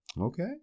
okay